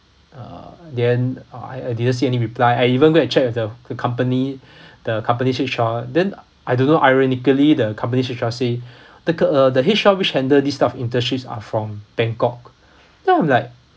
uh then uh I I didn't see any reply I even go and check with the the company the company's H_R then I don't know ironically the company's H_R say the c~ uh the H_R which handle this kind of internships are from bangkok then I'm like